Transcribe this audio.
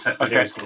Okay